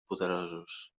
poderosos